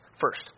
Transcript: first